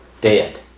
dead